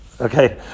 Okay